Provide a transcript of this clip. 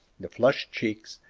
the flushed cheeks,